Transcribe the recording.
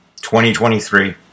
2023